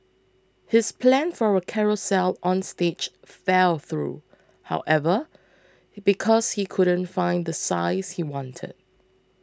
his plan for a carousel on stage fell through however because he couldn't find the size he wanted